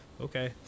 Okay